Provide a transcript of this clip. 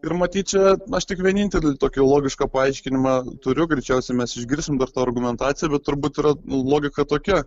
ir matyt čia aš tik vienintelį tokį logišką paaiškinimą turiu greičiausiai mes išgirsim dar tą argumentaciją bet turbūt yra logika tokia